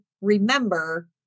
remember